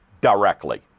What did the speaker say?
directly